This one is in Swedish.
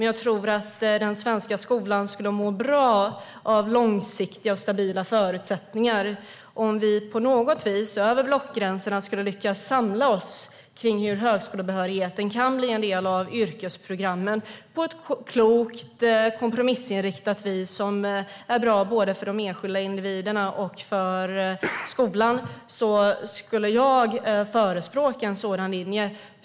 Jag tror att den svenska skolan skulle må bra av långsiktiga och stabila förutsättningar. Om vi på något sätt över blockgränserna skulle lyckas samla oss kring hur högskolebehörigheten kan bli en del av yrkesprogrammen på ett klokt och kompromissinriktat vis som är bra både för de enskilda individerna och för skolan skulle jag förespråka en sådan linje.